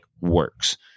works